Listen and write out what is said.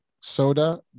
soda